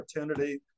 opportunity